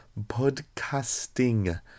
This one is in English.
podcasting